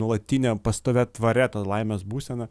nuolatine pastovia tvaria ta laimės būsena